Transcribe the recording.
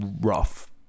rough